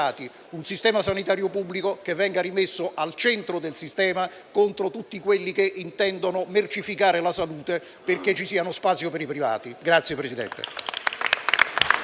un sistema sanitario pubblico che venga rimesso al centro del sistema, contro tutti quelli che intendono mercificare la salute per aprire uno spazio ai privati. *(Applausi